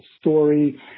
story